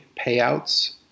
payouts